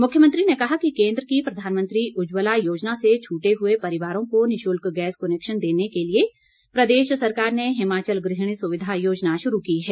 मुख्यमंत्री ने कहा कि कोन्द्र की प्रधानमंत्री उज्जवला योजना से छूटे हुए परिवारों को निशुल्क गैस कुनैक्शन देने के लिए प्रदेश सरकार ने हिमाचल गृहिणी सुविधा योजना शुरू की है